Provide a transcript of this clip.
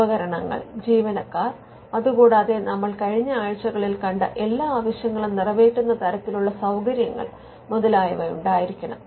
ഉപകരണങ്ങൾ ജീവനക്കാർ അത് കൂടാതെ നമ്മൾ കഴിഞ്ഞ ആഴ്ചകളിൽ കണ്ട എല്ലാ ആവശ്യങ്ങളും നിറവേറ്റുന്ന തരത്തിലുള്ള സൌകര്യങ്ങൾ ഉണ്ടായിരിക്കണം